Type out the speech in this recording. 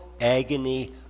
agony